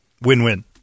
Win-win